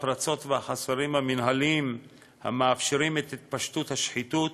הפרצות והחסרים המינהליים המאפשרים את התפשטות השחיתות